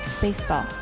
baseball